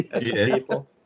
people